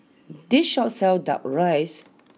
this Shop sells Duck Rice